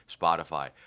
Spotify